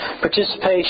Participation